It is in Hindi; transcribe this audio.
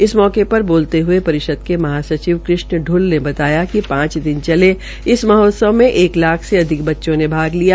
इस अवसर पर बोलते हये परिषद के महासचिव कृष्ण प्रल ने बताया कि पांच दिन चले इस महोत्सव मे एक लाख से अधिक बच्चों ने भाग लिया